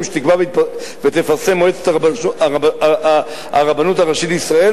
שתקבע ותפרסם מועצת הרבנות הראשית לישראל",